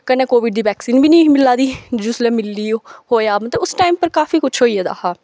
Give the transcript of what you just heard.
कन्नै कोविड दी बैक्सीन बी नेईं ही मिलै दी जिसलै मिलदी ओह् होएआ मतलब उस टाइम उप्पर काफी कुछ होई गेदा हा